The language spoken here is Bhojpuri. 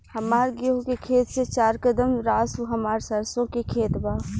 हमार गेहू के खेत से चार कदम रासु हमार सरसों के खेत बा